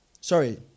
Sorry